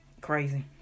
crazy